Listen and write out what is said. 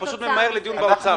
בנמצא.